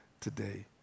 today